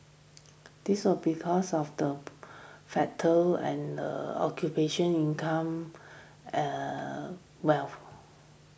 this of because of the factor and occupation income eh wealth